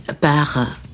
par